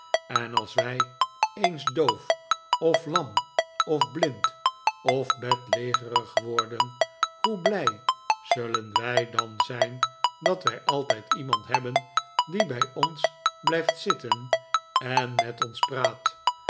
en als wij eeiis doof of lam of blind of bedlegerig worden hoe blij zullen wij dan zijn dat wij altijd iemand hebben die bij ons blijft zitten en met ons praat